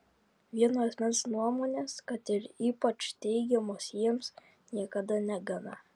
vieno asmens nuomonės kad ir ypač teigiamos jiems niekada negana